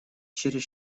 через